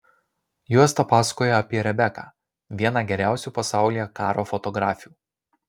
juosta pasakoja apie rebeką vieną geriausių pasaulyje karo fotografių